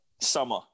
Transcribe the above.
summer